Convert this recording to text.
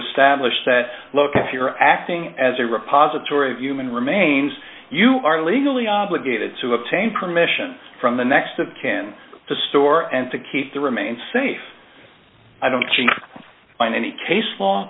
establish that look if you're acting as a repository of human remains you are legally obligated to obtain permission from the next of kin to store and to keep the remain safe i don't find any case law